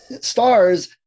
stars